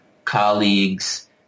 Colleagues